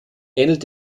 ähnelt